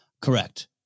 Correct